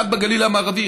אחד בגליל המערבי,